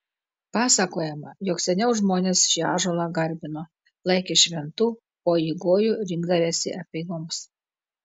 pasakojama jog seniau žmonės šį ąžuolą garbino laikė šventu o į gojų rinkdavęsi apeigoms